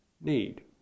need